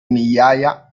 migliaia